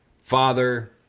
father